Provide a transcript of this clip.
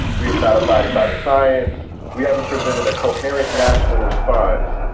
we have not abided by the science. we haven't presented a coherent national response.